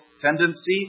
tendency